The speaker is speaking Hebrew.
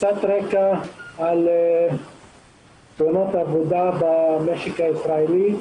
קצת רקע על תאונות עבודה במשק הישראלי.